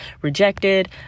rejected